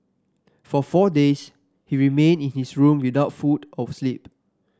for four days he remained in his room without food or sleep